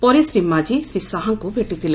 ପରେ ଶ୍ରୀ ମାଝି ଶ୍ରୀ ଶାହାଙ୍କୁ ଭେଟିଥିଲେ